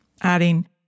adding